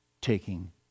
taking